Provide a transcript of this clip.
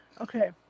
Okay